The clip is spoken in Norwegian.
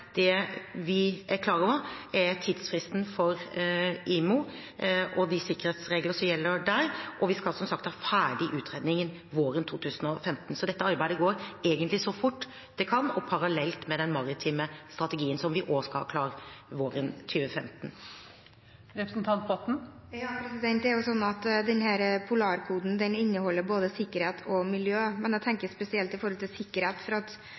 Det vi er klar over, er tidsfristen for IMO og de sikkerhetsregler som gjelder der. Vi skal som sagt ha utredningen ferdig våren 2015, så dette arbeidet går egentlig så fort det kan og parallelt med den maritime strategien, som vi òg skal ha klar våren 2015. Det er jo sånn at Polarkoden inneholder regler for både sikkerhet og miljø, men det jeg tenker spesielt på, gjelder sikkerhet.